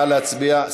נא להצביע.